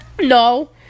No